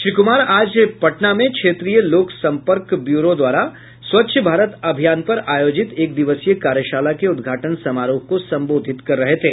श्री कुमार आज पटना में क्षेत्रीय लोक संपर्क ब्यूरो द्वारा स्वच्छ भारत अभियान पर आयोजित एक दिवसीय कार्यशाला के उद्घाटन समारोह को संबोधित कर रहे थे